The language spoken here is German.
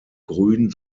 grün